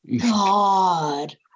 God